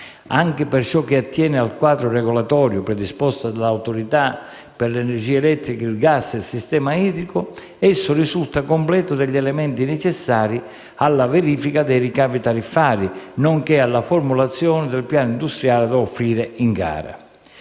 Anche per ciò che attiene il quadro regolatorio predisposto dall'Autorità per l'energia elettrica, il *gas* e il sistema idrico, esso risulta completo degli elementi necessari alla verifica dei dati tariffari, nonché alla formulazione del piano industriale da offrire in gara.